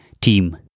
team